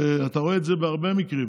אתה רואה את זה בהרבה מקרים.